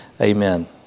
Amen